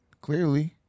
clearly